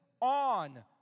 on